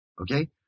Okay